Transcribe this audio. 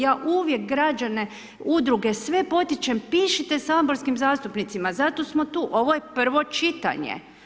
Ja uvijek građane, udruge sve potičem, pišite saborskim zastupnicima, zato smo tu, ovo je prvo čitanje.